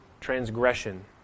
transgression